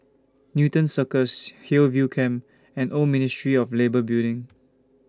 Newton Circus Hillview Camp and Old Ministry of Labour Building